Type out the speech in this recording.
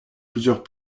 plusieurs